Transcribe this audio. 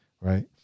right